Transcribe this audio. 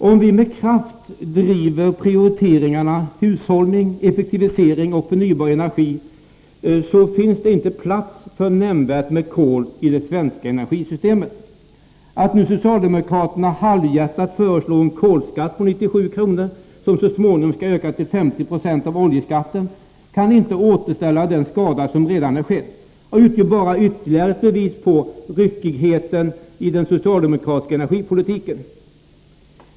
Om vi med kraft prioriterar hushållning, effektivisering och förnybar energi, finns det inte plats för nämnvärt med kol i det svenska energisystemet. Att socialdemokraterna nu halvhjärtat föreslår en kolskatt på 97 kr. som så småningom skall öka till 50 72 av oljeskatten kan inte reparera den skada som redan är skedd och utgör bara ytterligare ett bevis på ryckigheten i den socialdemokratiska energipolitiken.